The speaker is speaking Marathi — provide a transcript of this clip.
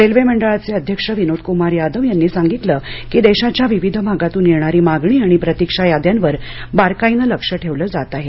रेल्वे मंडळाचे अध्यक्ष विनोद कुमार यादव यांनी सांगितलं की देशाच्या विविध भागातून येणारी मागणी आणि प्रतीक्षा याद्यांवर बारकाईने लक्ष ठेवलं जात आहे